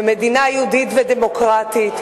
במדינה יהודית ודמוקרטית,